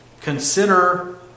Consider